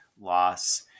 loss